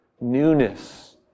newness